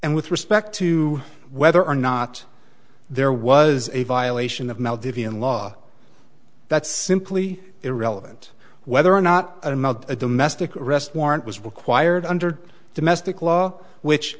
and with respect to whether or not there was a violation of mel devean law that's simply irrelevant whether or not or not a domestic arrest warrant was required under domestic law which